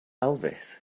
elvis